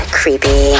creepy